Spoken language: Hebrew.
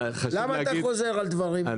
למה אתה חוזר על דברים?